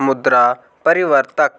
मुद्रा परिवर्तक